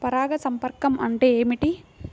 పరాగ సంపర్కం అంటే ఏమిటి?